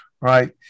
right